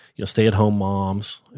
you know stay at home moms, and